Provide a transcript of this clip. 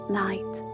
night